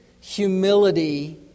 humility